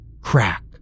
crack